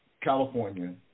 California